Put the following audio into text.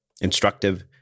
instructive